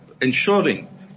ensuring